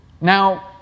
Now